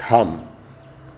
थाम